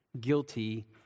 guilty